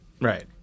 right